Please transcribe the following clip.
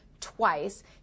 twice